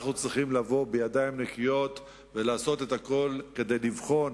אנחנו צריכים לבוא בידיים נקיות ולעשות את הכול כדי לבחון